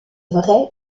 vrai